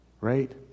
right